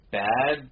bad